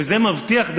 וזה מבטיח,